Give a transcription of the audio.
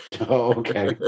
Okay